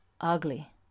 ugly